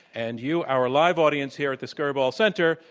and you, our live audience here at the skirball center,